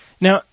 Now